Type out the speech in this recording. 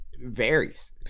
varies